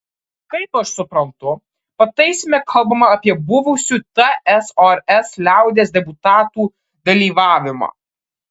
kaip aš suprantu pataisyme kalbame apie buvusių tsrs liaudies deputatų dalyvavimą